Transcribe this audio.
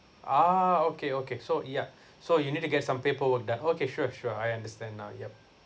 ah okay okay so yup so you need to get some paperwork done okay sure sure I understand now yup